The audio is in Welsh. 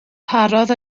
parodd